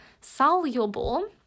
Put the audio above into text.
Soluble